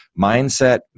mindset